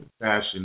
fashion